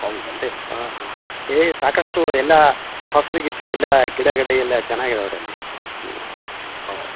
ಹೌದಲ್ಲ ರೀ ಹಾಂ ಹಾಂ ಹಾಂ ಏ ಸಾಕಷ್ಟು ಎಲ್ಲಾ ಹಸ್ರು ಗಿಸ್ರಿಲ್ಲ ಗಿಡ ಗಿಡ ಎಲ್ಲ ಚೆನ್ನಾಗಿದಾವು ರೀ ಅಲ್ಲಿ ಹ್ಞೂ ಓ